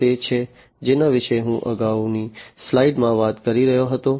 આ તે છે જેના વિશે હું અગાઉની સ્લાઇડમાં વાત કરી રહ્યો હતો